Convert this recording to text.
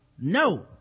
no